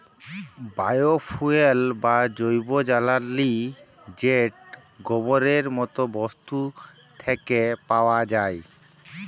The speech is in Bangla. বায়ো ফুয়েল বা জৈব জ্বালালী যেট গোবরের মত বস্তু থ্যাকে পাউয়া যায়